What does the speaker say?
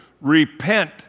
Repent